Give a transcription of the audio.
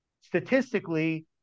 statistically